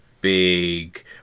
big